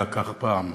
היה פעם,